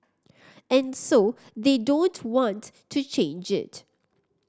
and so they don't want to change it